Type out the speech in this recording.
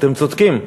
אתם צודקים.